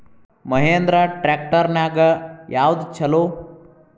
Mahindra tractor ನ್ಯಾಗ ಯಾವ್ದ ಛಲೋ?